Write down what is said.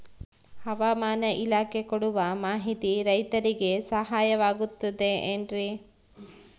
ಹವಮಾನ ಇಲಾಖೆ ಕೊಡುವ ಮಾಹಿತಿ ರೈತರಿಗೆ ಸಹಾಯವಾಗುತ್ತದೆ ಏನ್ರಿ?